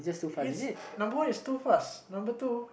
is number one is too fast number two